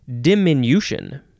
diminution